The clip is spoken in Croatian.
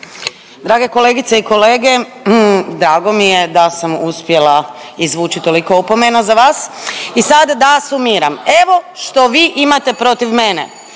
Drage kolegice i kolege, drago mi je da sam uspjela izvući toliko opomena za vas i sad da sumiram. Evo što vi imate protiv mene.